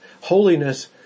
Holiness